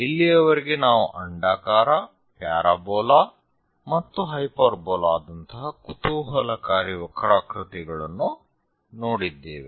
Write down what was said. ಇಲ್ಲಿಯವರೆಗೆ ನಾವು ಅಂಡಾಕಾರ ಪ್ಯಾರಾಬೋಲಾ ಮತ್ತು ಹೈಪರ್ಬೋಲಾ ದಂತಹ ಕುತೂಹಲಕಾರಿ ವಕ್ರಾಕೃತಿಗಳನ್ನು ನೋಡಿದ್ದೇವೆ